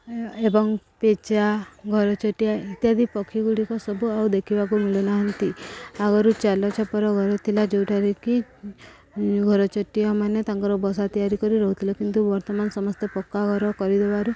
ଏବଂ ପେଚା ଘରଚଟିଆ ଇତ୍ୟାଦି ପକ୍ଷୀ ଗୁଡ଼ିକ ସବୁ ଆଉ ଦେଖିବାକୁ ମିଳୁନାହାନ୍ତି ଆଗରୁ ଚାଳ ଛପର ଘର ଥିଲା ଯେଉଁଠାରେ କି ଘରଚଟିଆ ମାନେ ତାଙ୍କର ବସା ତିଆରି କରି ରହୁଥିଲେ କିନ୍ତୁ ବର୍ତ୍ତମାନ ସମସ୍ତେ ପକ୍କା ଘର କରିଦେବାରୁ